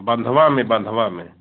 बंधवा में बंधवा में